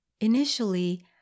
Initially